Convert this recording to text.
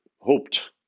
hoped